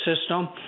system